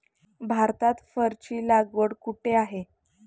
भारतात फरची लागवड कुठे आहे?